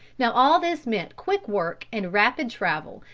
now all this meant quick work and rapid travel,